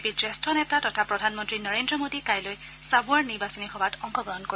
আনহাতে বিজেপিৰ জ্যেষ্ঠ নেতা তথা প্ৰধানমন্ত্ৰী নৰেন্দ্ৰ মোডী কাইলৈ চাবুৱাৰ নিৰ্বাচনী সভাত অংশগ্ৰহণ কৰিব